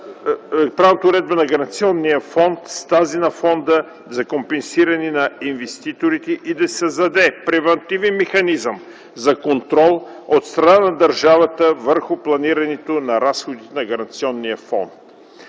правната уредба на Гаранционния фонд с тази на Фонда за компенсиране на инвеститорите и да се създаде превантивен механизъм за контрол от страна на държавата върху планирането на разходите на Гаранционния фонд.